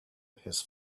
his